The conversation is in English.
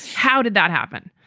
how did that happen?